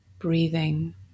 Breathing